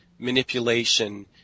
Manipulation